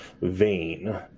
vein